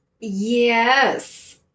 Yes